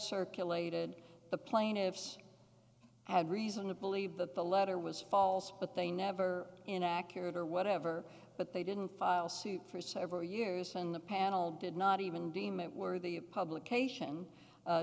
circulated the plaintiffs had reason to believe that the letter was false but they never inaccurate or whatever but they didn't file suit for several years when the panel did not even deem unworthy of publication